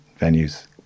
venues